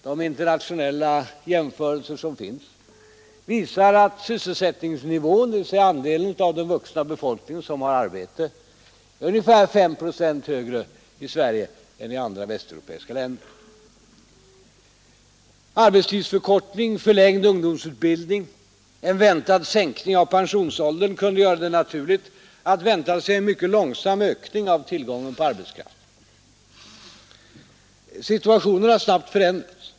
De internationella jämförelser som finns visar att sysselsättningsnivån, dvs. den andel av den vuxna befolkningen som har arbete, är ungefär fem procent högre i Sverige än i andra västeuropeiska länder. Arbetstidsförkortning, förlängd ungdomsutbildning, en väntad sänkning av pensionsåldern kunde göra det naturligt att vänta sig en mycket långsam ökning av tillgången på arbetskraft. Situationen har snabbt förändrats.